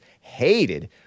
hated